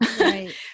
Right